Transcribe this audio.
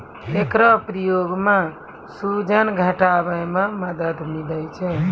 एकरो प्रयोग सें सूजन घटावै म मदद मिलै छै